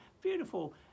Beautiful